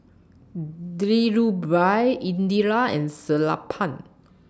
Dhirubhai Indira and Sellapan